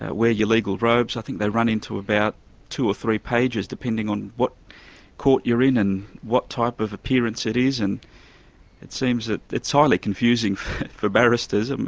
ah wear your legal robes, i think they run into about two or three pages, depending on what court you're in and what type of appearance it is. and it seems. it's highly confusing for barristers um